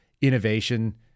innovation